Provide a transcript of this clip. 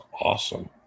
awesome